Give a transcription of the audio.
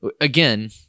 again